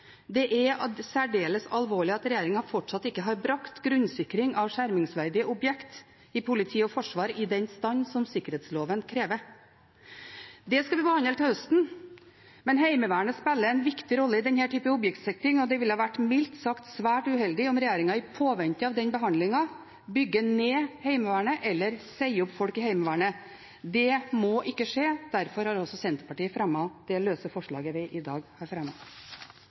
Det er særdeles alvorlig at regjeringen ennå ikke har brakt grunnsikring av skjermingsverdige objekt, innenfor politi og forsvar, i den stand som sikkerhetsloven krever. Det skal vi behandle til høsten, men Heimevernet spiller en viktig rolle i denne typen objektsikring, og det ville ha vært mildt sagt svært uheldig om regjeringen i påvente av den behandlingen bygger ned Heimevernet eller sier opp folk i Heimevernet. Det må ikke skje. Derfor har Senterpartiet fremmet det løse forslaget vi i dag har